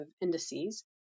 indices